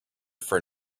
for